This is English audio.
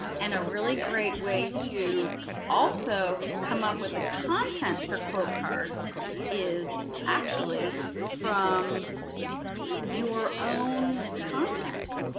and a really great way to also come up with the content for quote cards is actually from your own content.